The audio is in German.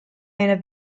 eine